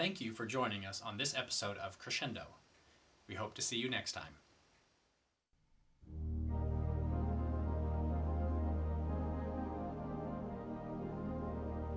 thank you for joining us on this episode of christian though we hope to see you next time